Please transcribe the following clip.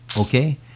okay